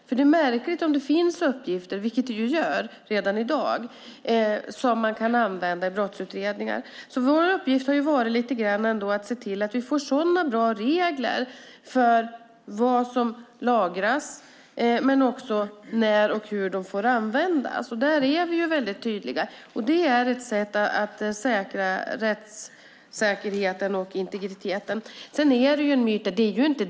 Märkligt vore annars om det nu finns uppgifter, vilket det gör redan i dag, som man kan använda i brottsutredningar. Vår uppgift har varit lite grann att se till att vi får bra regler för vad som lagras och också när och hur de får användas. Där är vi väldigt tydliga. Det är ett sätt att säkerställa rättssäkerheten och integriteten.